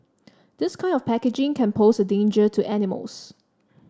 this kind of packaging can pose a danger to animals